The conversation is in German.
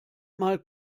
mal